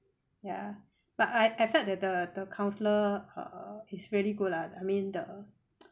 ya but I I felt that the the counsellor err is very good at I mean the